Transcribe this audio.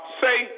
say